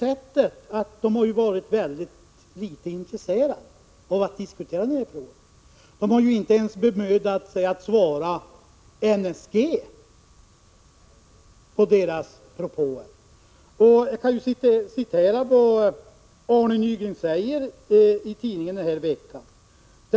Företaget har ju varit mycket litet intresserat av att diskutera problemen. Man har inte ens bemödat sig att bemöta NSG:s propåer. Jag skall återge vad Arne Nygren sagt i tidningarna den här veckan.